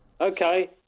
Okay